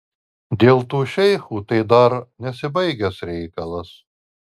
dėl tų šeichų tai dar nesibaigęs reikalas